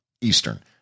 Eastern